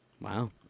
Wow